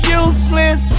useless